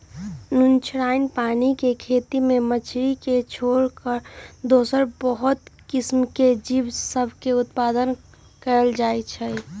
नुनछ्राइन पानी के खेती में मछरी के छोर कऽ दोसरो बहुते किसिम के जीव सभ में उत्पादन कएल जाइ छइ